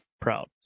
proud